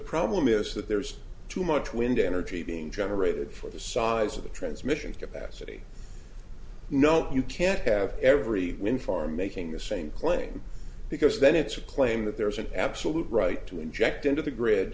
problem is that there's too much wind energy being generated for the size of the transmission capacity you know you can't have every win for making the same claim because then it's a claim that there is an absolute right to inject into the grid